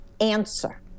answer